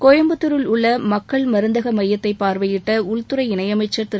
கோயம்புத்தூரில் உள்ள மக்கள் மருந்தக மையத்தை பார்வையிட்ட உள்துறை இணையமைச்சர் திரு